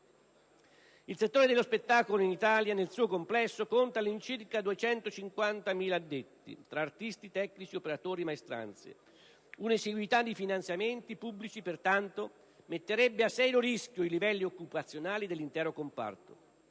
Il settore dello spettacolo in Italia, nel suo complesso, conta all'incirca 250.000 addetti, tra artisti, tecnici, operatori, maestranze. Un'esiguità di finanziamenti pubblici, pertanto, metterebbe a serio rischio i livelli occupazionali dell'intero comparto,